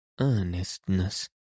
earnestness